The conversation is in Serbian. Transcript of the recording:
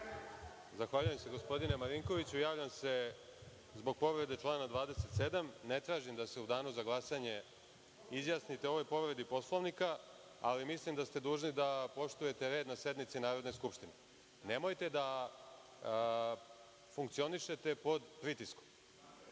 Zahvaljujem se gospodine Marinkoviću. Javljam se zbog povrede člana 27. Ne tražim da se u danu za glasanje izjasnite o ovoj povredi Poslovnika, ali mislim da ste dužni da poštujete red na sednici Narodne skupštine. Nemojte da funkcionišete pod pritiskom,